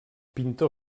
pintor